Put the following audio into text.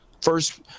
first